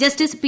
justice P